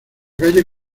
calle